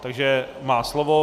Takže má slovo.